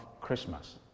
Christmas